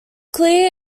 clear